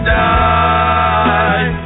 die